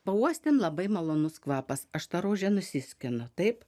pauostėm labai malonus kvapas aš tą rožę nusiskinu taip